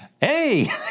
hey